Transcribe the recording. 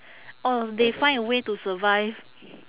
or they find a way to survive